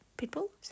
People